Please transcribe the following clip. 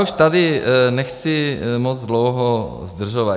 Už tady nechci moc dlouho zdržovat.